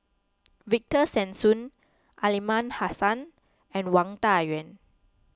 Victor Sassoon Aliman Hassan and Wang Dayuan